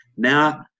Now